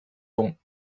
ans